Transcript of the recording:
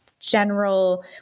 general